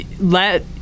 let